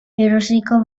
erosiko